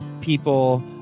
people